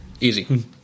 Easy